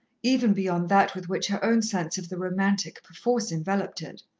even beyond that with which her own sense of the romantic perforce enveloped it.